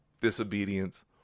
disobedience